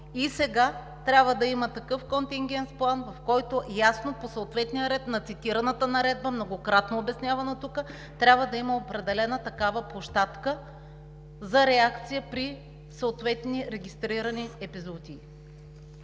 и сега трябва да има такъв контингенс план, в който ясно, по съответния ред на цитираната наредба, многократно обяснявана тук, трябва да има определена такава площадка за реакция при съответни регистрирани епизоотии.